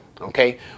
Okay